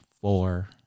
four